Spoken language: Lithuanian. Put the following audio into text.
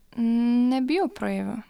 nebijau praeivių